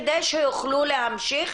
כדי שיוכלו להמשיך